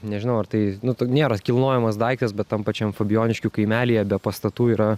nežinau ar tai nu tu nėra kilnojamas daiktas bet tam pačiam fabijoniškių kaimelyje be pastatų yra